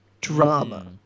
drama